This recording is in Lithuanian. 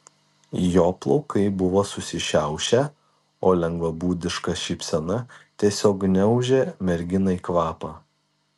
jo plaukai buvo susišiaušę o lengvabūdiška šypsena tiesiog gniaužė merginai kvapą